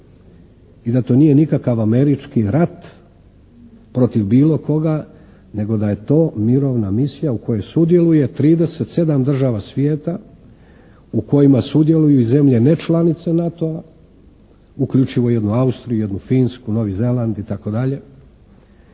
I da to nije nikakav američki rat protiv bilo koga nego da je to mirovna misija u kojoj sudjeluje 37 država svijeta. U kojima sudjeluju i zemlje nečlanice NATO-a uključivo jednu Austriju, jednu Finsku, Novi Zeland i tako dalje